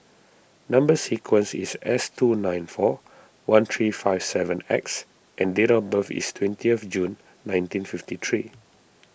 Number Sequence is S two nine four one three five seven X and date of birth is twenty of June nineteen fifty three